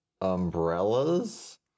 Umbrellas